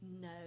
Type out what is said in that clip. no